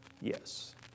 Yes